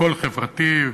הכול חברתי,